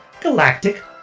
Galactic